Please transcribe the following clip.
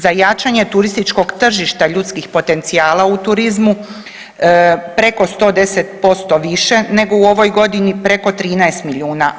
Za jačanje turističkog tržišta ljudskih potencijala u turizmu preko 110% više nego u ovoj godini, preko 13 milijuna.